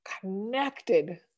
connected